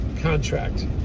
contract